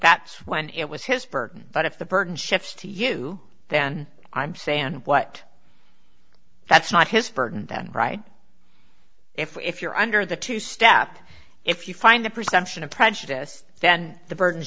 that's when it was his burden but if the burden shifts to you then i'm saying what that's not his burden then right if you're under the two step if you find the presumption of prejudice then the burden